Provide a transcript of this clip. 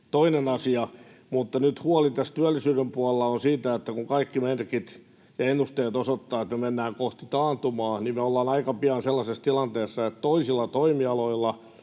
toinen asia. Mutta nyt huoli tässä työllisyyden puolella on siitä, että kun kaikki merkit ja ennusteet osoittavat, että mennään kohti taantumaa, niin me ollaan aika pian sellaisessa tilanteessa, että toisilla toimialoilla